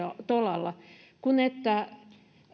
tolalla kuten se että